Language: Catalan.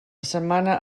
setmana